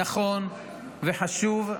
נכון וחשוב.